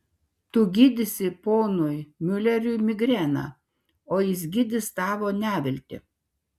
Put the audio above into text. tu gydysi ponui miuleriui migreną o jis gydys tavo neviltį